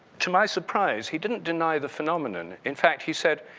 to my surprise, he didn't deny the phenomenon. in fact he said,